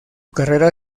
carrera